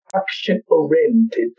action-oriented